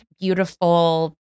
beautiful